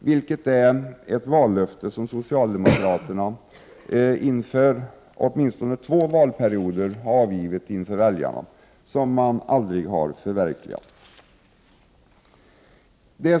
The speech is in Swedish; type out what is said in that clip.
Detta är ett vallöfte som socialdemokraterna åtminstone under två valperioder avgivit inför väljarna, men detta har aldrig förverkligats.